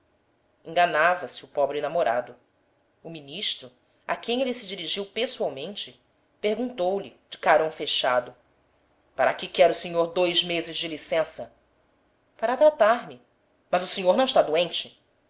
enganava-se o pobre namorado o ministro a quem ele se dirigiu pessoalmente perguntou-lhe de carão fechado para que quer o senhor dois meses de licença para tratar-me mas o senhor não está doente